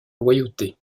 loyauté